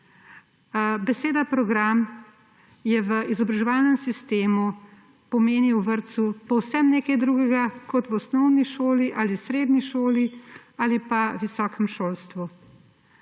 Beseda program pomeni v izobraževalnem sistemu v vrtcu povsem nekaj drugega kot v osnovni šoli ali v srednji šoli ali pa visokem šolstvu.